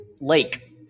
lake